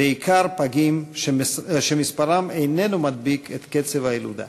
בעיקר פגים, שמספרם איננו מדביק את קצב הילודה.